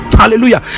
hallelujah